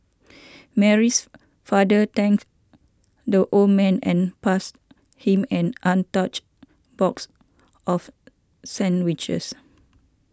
mary's father thanked the old man and passed him an untouched box of sandwiches